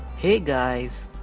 hey guys!